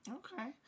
okay